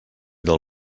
del